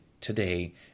today